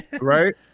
right